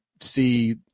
See